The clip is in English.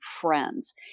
friends